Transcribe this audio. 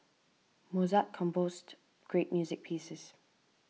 Mozart composed great music pieces